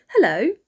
Hello